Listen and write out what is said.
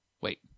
wait